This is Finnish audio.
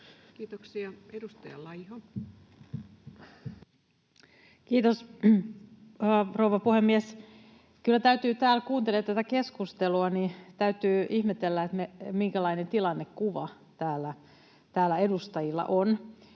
Kiitoksia. — Edustaja Laiho. Kiitos, rouva puhemies! Kyllä kun kuuntelee tätä keskustelua, niin täytyy ihmetellä, minkälainen tilannekuva täällä edustajilla on.